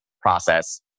process